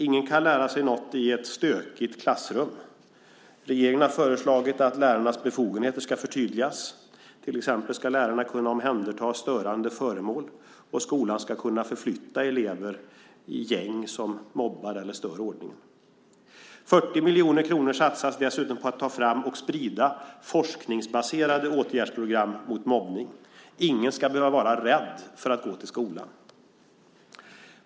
Ingen kan lära sig någonting i ett stökigt klassrum. Regeringen har därför föreslagit att lärarnas befogenheter ska förtydligas, till exempel att lärarna ska kunna omhänderta störande föremål och att skolan ska kunna flytta elever i gäng som mobbar eller stör ordningen. 40 miljoner kronor satsas dessutom på att ta fram, och sprida, forskningsbaserade åtgärdsprogram mot mobbning. Ingen ska behöva vara rädd för att gå till skolan.